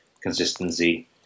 consistency